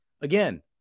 again